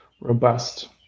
robust